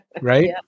Right